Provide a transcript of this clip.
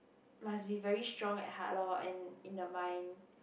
must be very strong at heart loh and in the mind